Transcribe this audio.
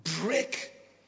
Break